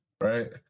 Right